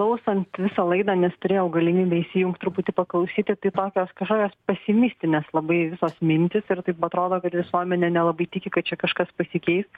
klausant visą laidą nes turėjau galimybę įsijungt truputį paklausyti tai tokios kažkokios pesimistinės labai visos mintys ir taip atrodo kad visuomenė nelabai tiki kad čia kažkas pasikeis